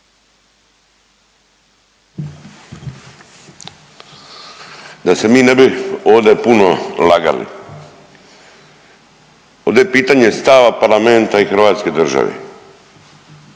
Da se mi ne bi ode puno lagali, ode je pitanje stava parlamenta i hrvatske države.